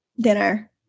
Dinner